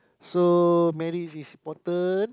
so marriage is important